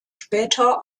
später